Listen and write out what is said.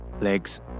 legs